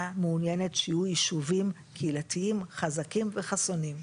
מעוניינת שיהיו יישובים יהודים חזקים וחסונים.